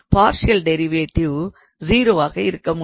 partial derivative 0 ஆக இருக்க முடியாது